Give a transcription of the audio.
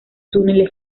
túneles